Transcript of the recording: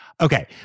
Okay